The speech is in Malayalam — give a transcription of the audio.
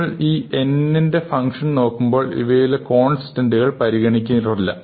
നമ്മൾ ഈ n ന്റെ ഫംഗ്ഷൻ നോക്കുമ്പോൾ ഇവയിലെ കോൺസ്റ്റൻഡുകൾ പരിഗണിക്കാറില്ല